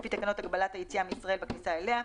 לפי תקנות הגבלת היציאה מישראל והכניסה אליה,